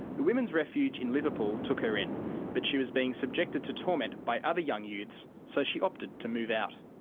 the women's refuge in liverpool took her in but she was being subjected to torment by other young youths, so she opted to move out.